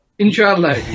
Inshallah